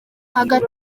hagati